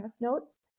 notes